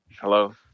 Hello